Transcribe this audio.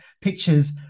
pictures